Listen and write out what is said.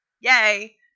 Yay